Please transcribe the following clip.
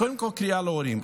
קודם כול קריאה להורים,